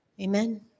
Amen